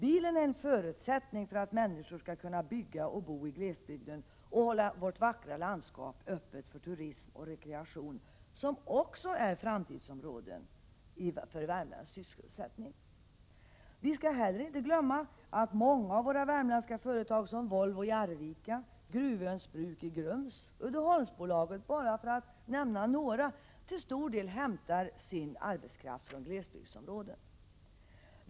Bilen är en förutsättning för att människor skall kunna bygga och bo i glesbygden och hålla det vackra landskapet öppet för turism och rekreation, som också är ett framtidsområde när det gäller värmländsk sysselsättning. Vi skall inte heller glömma att många av våra värmländska företag som Volvo i Arvika, Gruvöns bruk i Grums och Uddeholmsbolaget, för att nämna bara några, till stor del hämtar sin arbetskraft från glesbygdsområden.